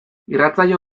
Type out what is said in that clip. irratsaio